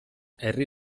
herri